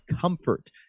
comfort